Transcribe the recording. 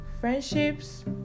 friendships